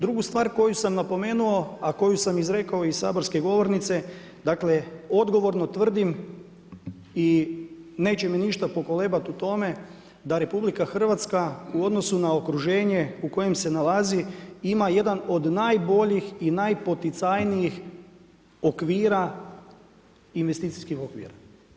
Drugu stvar koju sam napomenuo a koju sam izrekao iz saborske govornice, dakle odgovorno tvrdim i neće me ništa pokolebati u tome da RH u odnosu na okruženje u kojem se nalazi ima jedan od najboljih i najpoticajnijih okvira, investicijskih okvira.